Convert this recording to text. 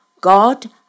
God